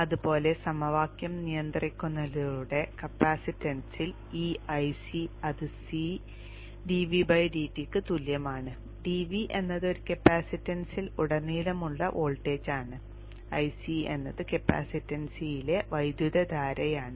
അതുപോലെ സമവാക്യം നിയന്ത്രിക്കുന്നതിലൂടെ കപ്പാസിറ്റൻസിൽ ഈ Ic അത് Cക്ക് തുല്യമാണ് dv എന്നത് ഒരു കപ്പാസിറ്റൻസിൽ ഉടനീളമുള്ള വോൾട്ടേജാണ് Ic എന്നത് കപ്പാസിറ്റൻസിലെ വൈദ്യുതധാരയാണ്